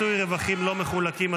(מיסוי רווחים לא מחולקים),